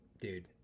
Dude